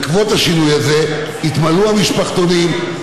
בעקבות השינוי הזה יתמלאו המשפחתונים,